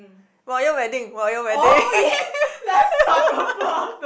royal wedding royal wedding